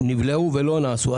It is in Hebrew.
נבלעו ולא נעשו.